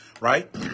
right